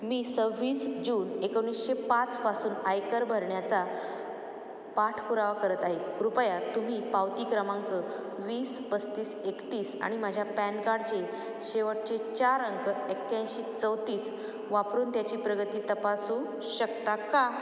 मी सव्वीस जून एकोणीसशे पाचपासून आयकर भरण्याचा पाठपुरावा करत आहे कृपया तुम्ही पावती क्रमांक वीस पस्तीस एकतीस आणि माझ्या पॅन कार्डचे शेवटचे चार अंक एक्याऐंशी चौतीस वापरून त्याची प्रगती तपासू शकता का